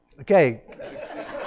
Okay